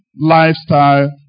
lifestyle